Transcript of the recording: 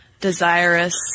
Desirous